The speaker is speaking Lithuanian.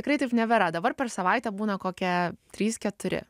tikrai taip nebėra dabar per savaitę būna kokie trys keturi